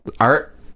Art